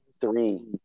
three